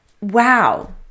Wow